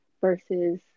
versus